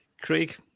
Craig